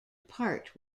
part